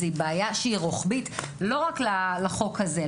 זה בעיה שהיא רוחבית לא רק לחוק הזה.